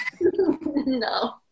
No